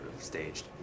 staged